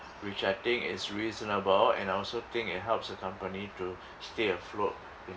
which I think is reasonable and I also think it helps the company to stay afloat